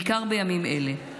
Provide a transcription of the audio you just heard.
בעיקר בימים אלה,